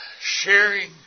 sharing